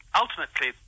ultimately